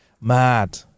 Mad